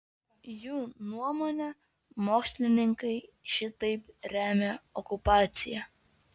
jų nuomone mokslininkai šitaip remia okupaciją